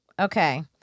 Okay